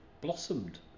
blossomed